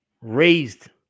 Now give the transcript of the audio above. raised